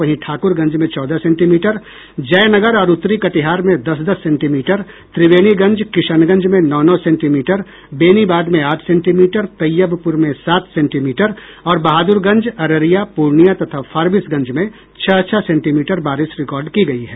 वहीं ठाकुरगंज में चौदह सेंटीमीटर जयनगर और उत्तरी कटिहार में दस दस सेंटीमीटर त्रिवेणीगंज किशनगंज में नौ नौ सेंटीमीटर बेनीबाद में आठ सेंटीमीटर तैयबपुर में सात सेंटीमीटर और बहाद्रगंज अररिया पूर्णिया तथा फारबिसगंज में छह छह सेंटीमीटर बारिश रिकार्ड की गयी है